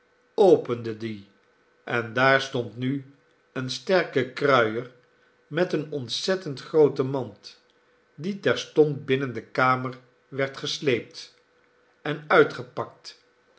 opende die en daar stond nu een sterke kruier met eene ontzettend groote mand die terstond binnen de kamer werd gesleept en uitgepakt